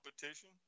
competition